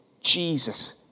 Jesus